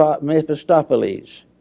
Mephistopheles